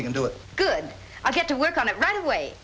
you can do it good i'll get to work on it right away